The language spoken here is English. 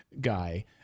guy